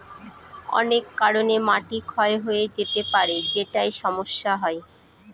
অনেক কারনে মাটি ক্ষয় হয়ে যেতে পারে যেটায় সমস্যা হয়